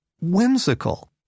whimsical